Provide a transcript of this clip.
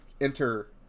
enter